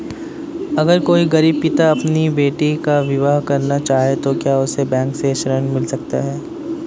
अगर कोई गरीब पिता अपनी बेटी का विवाह करना चाहे तो क्या उसे बैंक से ऋण मिल सकता है?